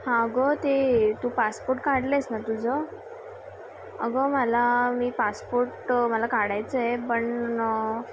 हां अगं ते तू पासपोर्ट काढलेस ना तुझं गं मला मी पासपोर्ट मला काढायचं आहे पण